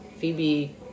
Phoebe